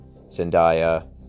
Zendaya